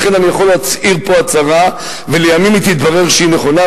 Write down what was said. לכן אני יכול להצהיר פה הצהרה ולימים יתברר שהיא נכונה,